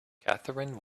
catherine